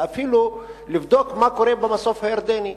ואפילו לבדוק מה קורה במסוף הירדני,